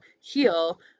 heal